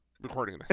recording